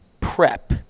Prep